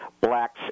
blacks